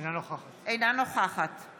אינה נוכחת עאידה